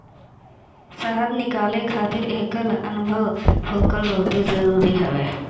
शहद निकाले खातिर एकर अनुभव होखल बहुते जरुरी हवे